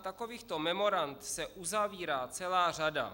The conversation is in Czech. Takovýchto memorand se uzavírá celá řada.